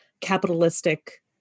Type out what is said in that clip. capitalistic